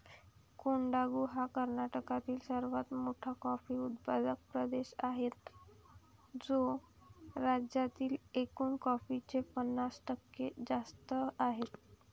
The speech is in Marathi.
कोडागु हा कर्नाटकातील सर्वात मोठा कॉफी उत्पादक प्रदेश आहे, जो राज्यातील एकूण कॉफीचे पन्नास टक्के जास्त आहे